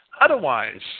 Otherwise